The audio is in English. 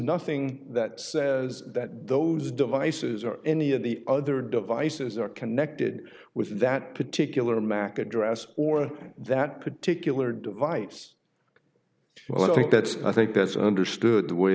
nothing that says that those devices or any of the other devices are connected with that particular mac address or that particular device well i think that i think as understood the way